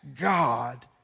God